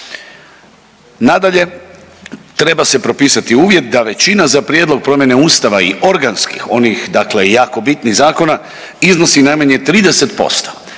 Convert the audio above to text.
Nadalje, treba se propisati uvjet da većina za prijedlog promjene Ustava i organskih onih dakle jako bitnih zakona iznosi najmanje 30%,